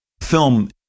film